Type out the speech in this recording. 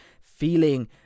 feeling